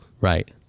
Right